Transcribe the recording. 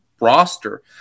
roster